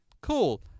cool